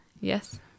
Yes